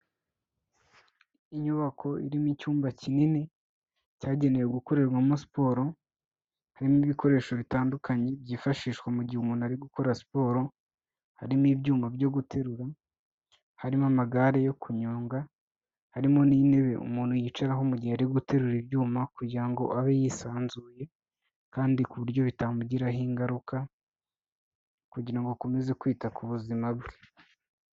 Inyubako irimo icyumba kinini cyagenewe gukorerwamo siporo, harimo ibikoresho bitandukanye byifashishwa mu gihe umuntu ari gukora siporo, harimo ibyuma byo guterura, harimo amagare yo kunyonga, harimo n'intebe umuntu yicaraho mu gihe ari guterura ibyuma kugira ngo abe yisanzuye ,kandi ku buryo bitamugiraho ingaruka kugira ngo akomeze kwita ku buzima bwe.